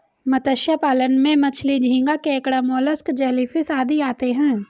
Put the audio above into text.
मत्स्य पालन में मछली, झींगा, केकड़ा, मोलस्क, जेलीफिश आदि आते हैं